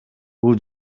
бул